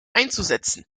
einzusetzen